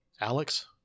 Alex